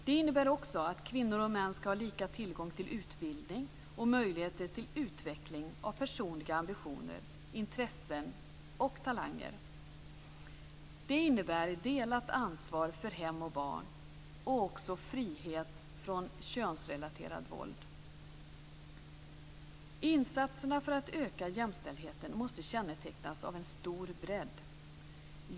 Det innebär också att kvinnor och män skall ha samma tillgång till utbildning och möjligheter till utveckling av personliga ambitioner, intressen och talanger. Det innebär delat ansvar för hem och barn och också frihet från könsrelaterat våld. Insatserna för att öka jämställdheten måste kännetecknas av en stor bredd.